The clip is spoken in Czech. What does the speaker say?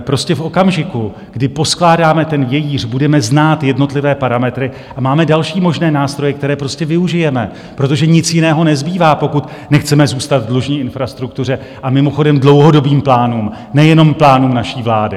Prostě v okamžiku, kdy poskládáme ten vějíř, budeme znát jednotlivé parametry, máme další možné nástroje, které využijeme, protože nic jiného nezbývá, pokud nechceme zůstat dlužni infrastruktuře, a mimochodem, dlouhodobým plánům, nejenom plánům naší vlády.